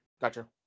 Gotcha